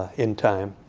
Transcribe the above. in time,